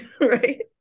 right